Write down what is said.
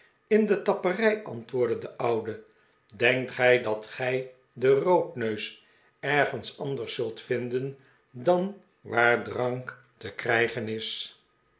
in de tapperij antwoordde de oude denkt gij dat gij den roodneus ergens anders zult vinden dan waar drank te krijgen is